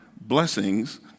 blessings